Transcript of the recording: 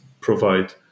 provide